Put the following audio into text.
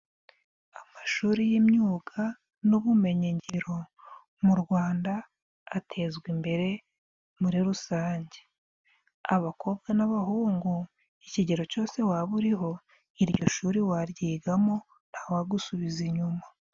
Amashuri y'imyuga n'ubumenyingiro mu Rwanda atezwa imbere muri rusange, abakobwa n'abahungu ikigero cyose waba uriho iryo shuri waryigamo ntawagusubiza inyuma.